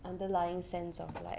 underlying sense of like